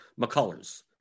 McCullers